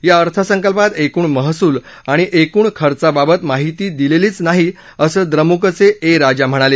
या अर्थसंकल्पात एकूण मइसूल आणि एकूण खर्चाबाबत माहिती दिलेलीच नाही असं द्रमुकचे ए राजा म्हणाले